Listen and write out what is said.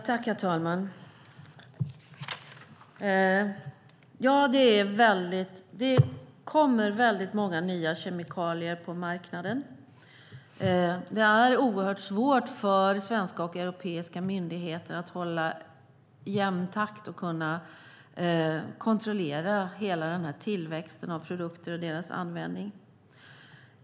Herr talman! Ja, det kommer väldigt många nya kemikalier på marknaden. Det är oerhört svårt för svenska och europeiska myndigheter att hålla jämn takt och kunna kontrollera hela tillväxten av produkter och deras användning.